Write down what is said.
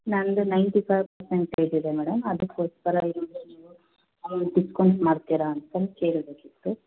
ನನ್ನದು ninety five percentage ಇದೆ madam ಅದಕ್ಕೋಸ್ಕರ ಏನಾದರೂ ನೀವು ಡಿಸ್ಕೌಂಟ್ ಮಾಡ್ತೀರಾ ಅಂತ ಕೇಳಬೇಕಿತ್ತು